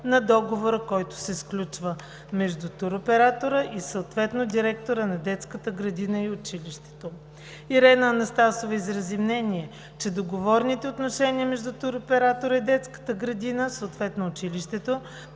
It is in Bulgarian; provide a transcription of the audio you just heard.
на договора, който се сключва между туроператора и съответно директора на детската градина и училището. Ирена Анастасова изрази мнение, че договорните отношения между туроператора и детската градина, съответно училището,